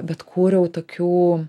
bet kūriau tokiu